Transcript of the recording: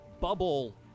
bubble